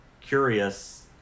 curious